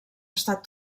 estat